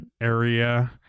area